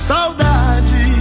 Saudade